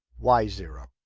y zero.